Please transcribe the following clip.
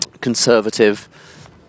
conservative